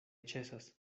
ĉesas